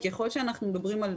ככל שאנחנו מדברים,